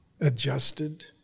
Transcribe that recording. adjusted